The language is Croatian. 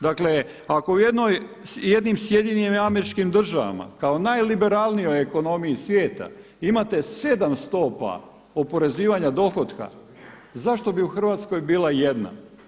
Dakle, ako u jednim Sjedinjenim Američkim Državama kao najliberalnijoj ekonomiji svijeta imate 7 stopa oporezivanja dohotka, zašto bi u Hrvatskoj bila jedna?